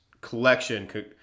collection